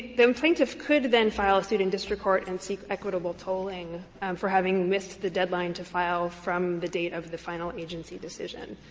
plaintiffs could then file a suit in district court and seek equitable tolling for having missed the deadline to file from the date of the final agency decision.